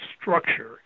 structure